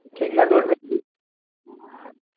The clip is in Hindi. सिंगल रोड में चाहिए